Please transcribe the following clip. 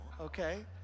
okay